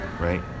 right